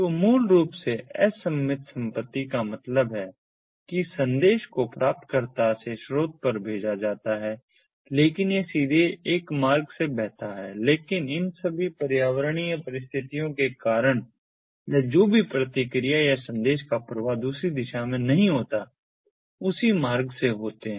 तो मूल रूप से असममित संपत्ति का मतलब है कि संदेश को प्राप्तकर्ता से स्रोत पर भेजा जाता है लेकिन यह सीधे एक मार्ग से बहता है लेकिन इन सभी पर्यावरणीय परिस्थितियों के कारण या जो भी प्रतिक्रिया या संदेश का प्रवाह दूसरी दिशा में नहीं होता है उसी मार्ग से होते हैं